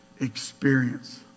experience